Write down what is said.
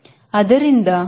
ಅದರಿಂದ ಇದು 1